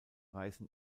reißen